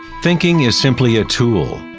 thinking is simply a tool.